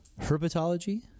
herpetology